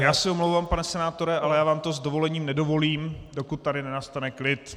Tak já se omlouvám, pane senátore, ale já vám to s dovolením nedovolím, dokud tady nenastane klid.